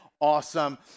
Awesome